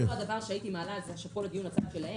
הייתי מעלה שכל- -- שלהם,